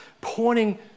pointing